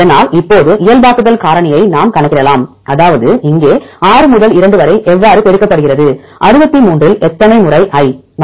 அதனால் இப்போது இயல்பாக்குதல் காரணியை நாம் கணக்கிடலாம் அதாவது இங்கே 6 முதல் 2 வரை எவ்வாறு பெருக்கப்படுகிறது 63 இல் எத்தனை முறை I